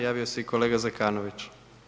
Javio se kolega Zekanović.